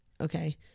Okay